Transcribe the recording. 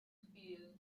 spielen